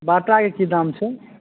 बाटाके की दाम छै